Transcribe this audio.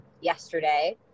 yesterday